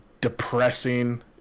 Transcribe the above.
depressing